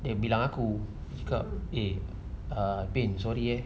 bilang aku cakap eh ah pain sorry eh